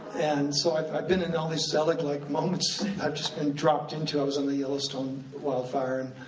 and so i've i've been in all these so like like moments i've just been dropped into, i was one and the yellowstone wildfire, and